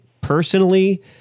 personally